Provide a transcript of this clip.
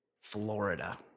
Florida